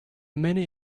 many